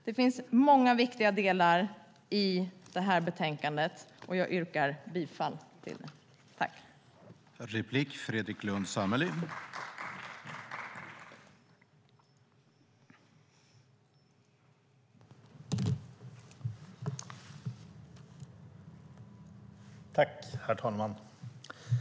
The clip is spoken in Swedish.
Det finns många viktiga delar i det här betänkandet, och jag yrkar bifall till förslaget i det. I detta anförande instämde Gunilla Nordgren .